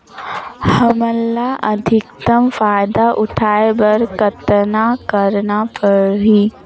हमला अधिकतम फायदा उठाय बर कतना करना परही?